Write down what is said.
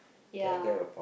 ya